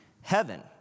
heaven